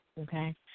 okay